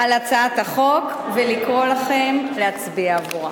על הצעת החוק, ולקרוא לכם להצביע עבורה.